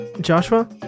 Joshua